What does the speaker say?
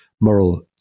moral